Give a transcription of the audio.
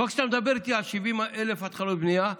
אבל כשאתה מדבר איתי על 70,000 התחלות בנייה,